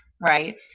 right